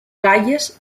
calles